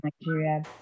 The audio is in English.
Nigeria